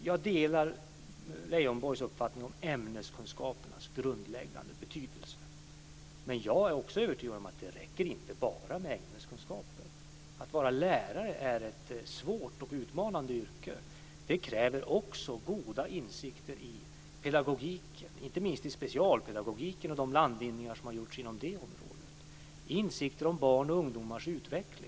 Jag delar Leijonborgs uppfattning om ämneskunskapernas grundläggande betydelse. Men jag är också övertygad om att det inte räcker med bara ämneskunskaper. Att vara lärare är ett svårt och utmanande yrke. Det kräver också goda insikter i pedagogik, inte minst i specialpedagogik och de landvinningar som har gjorts inom det området. Det kräver insikter i barns och ungdomars utveckling.